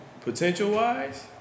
Potential-wise